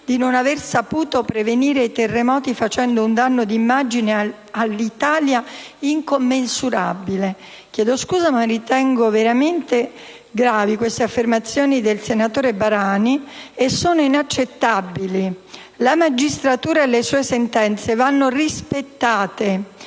di non aver saputo prevenire i terremoti, facendo un danno di immagine all'Italia incommensurabile». Chiedo scusa, ma ritengo veramente gravi e inaccettabili tali affermazioni del senatore Barani. La magistratura e le sue sentenze vanno rispettate,